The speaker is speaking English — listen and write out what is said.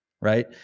Right